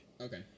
Okay